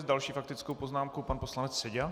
S další faktickou poznámkou pan poslanec Seďa.